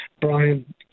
Brian